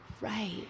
Right